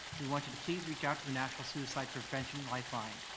we want you to please reach out to the national suicide prevention lifeline.